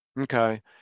Okay